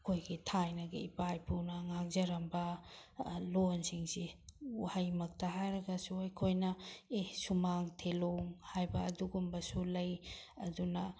ꯑꯩꯈꯣꯏꯒꯤ ꯊꯥꯏꯅꯒꯤ ꯏꯄꯥ ꯏꯄꯨꯅ ꯉꯥꯡꯖꯔꯝꯕ ꯂꯣꯟꯁꯤꯡꯁꯤ ꯋꯥꯍꯩꯃꯛꯇ ꯍꯥꯏꯔꯒꯁꯨ ꯑꯩꯈꯣꯏꯅ ꯑꯦ ꯁꯨꯃꯥꯡ ꯊꯦꯂꯣꯡ ꯍꯥꯏꯕ ꯑꯗꯨꯒꯨꯝꯕꯁꯨ ꯂꯩ ꯑꯗꯨꯅ